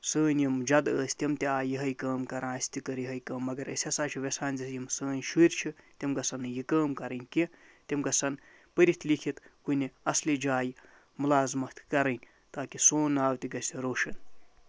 سٲنۍ یِم جَد ٲسۍ تِم تہِ آے یِہوٚے کٲم کران اَسہِ تہِ کٔر یِہوٚے کٲم مگر أسۍ ہسا چھِ یَژھان زِ یِم سٲنۍ شُرۍ چھِ تِم گژھَن نہٕ یہِ کٲم کَرٕنۍ کیٚنہہ تِم گژھَن پٔرِتھ لیٚکِتھ کُنہِ اصلہِ جایہِ مُلازمتھ کَرٕنۍ تاکہِ سون ناو تہِ گژھِ روشَن